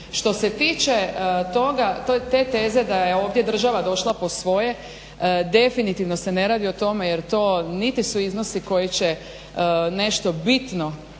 Što se tiče te teze da je ovdje država došla po svoje, definitivno se ne radi o tome jer to niti su iznosi koji će nešto bitno